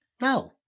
No